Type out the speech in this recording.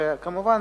וכמובן,